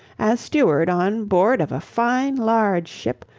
as steward on board of a fine large ship,